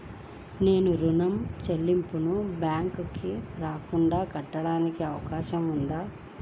నేను ఋణం చెల్లింపులు బ్యాంకుకి రాకుండా కట్టడానికి అవకాశం ఉందా?